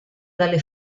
dalle